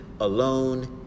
alone